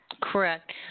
correct